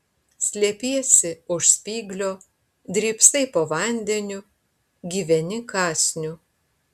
slepiesi už spyglio drybsai po vandeniu gyveni kąsniu